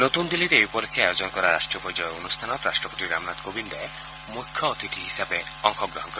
নতুন দিল্লীত এই উপলক্ষে আয়োজন কৰা ৰাষ্ট্ৰীয় পৰ্যায়ৰ অনুষ্ঠানত ৰাষ্টপতি ৰামনাথ কোবিন্দ মুখ্য অতিথি হিচাপে অংশগ্ৰহণ কৰিব